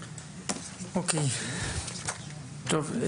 אוקיי, טוב.